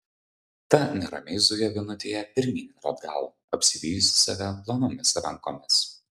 ta neramiai zujo vienutėje pirmyn ir atgal apsivijusi save plonomis rankomis